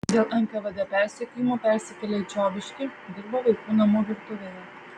dėl nkvd persekiojimų persikėlė į čiobiškį dirbo vaikų namų virtuvėje